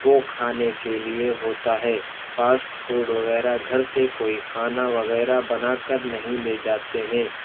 وہ کھانے کے لیے ہوتا ہے فاسٹ فوڈ وغیرہ گھر سے کوئی کھانا وغیرہ بنا کر نہیں لے جاتے ہیں